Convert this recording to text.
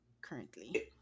currently